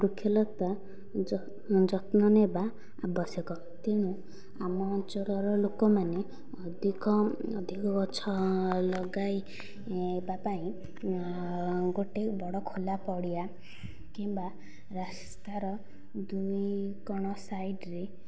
ବୃକ୍ଷଲତା ଯତ୍ନ ନେବା ଆବଶ୍ୟକ ତେଣୁ ଆମ ଅଞ୍ଚଳର ଲୋକମାନେ ଅଧିକ ଅଧିକ ଗଛ ଲଗାଇବା ପାଇଁ ଗୋଟିଏ ବଡ଼ ଖୋଲା ପଡ଼ିଆ କିମ୍ବା ରାସ୍ତାର ଦୁଇ କୋଣ ସାଇଡ଼ରେ